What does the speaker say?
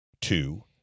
Two